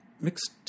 mixed